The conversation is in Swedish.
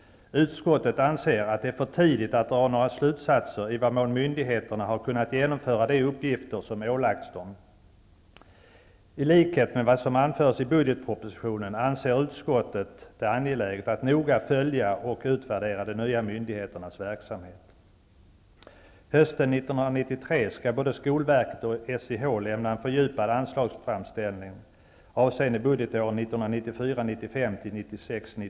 Utskottet anser att det är för tidigt att dra några slutsatser när det gäller i vilken mån myndigheterna har kunnat genomföra de uppgifter som ålagts dem. I likhet med vad som anförs i budgetpropositionen anser utskottet det angeläget att noga följa och utvärdera de nya myndigheternas verksamhet. Hösten 1993 skall både skolverket och SIH lämna en fördjupad anslagsframställning avseende budgetåret 1994 97.